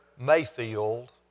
Mayfield